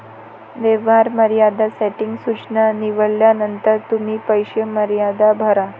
व्यवहार मर्यादा सेटिंग सूचना निवडल्यानंतर तुम्ही पैसे मर्यादा भरा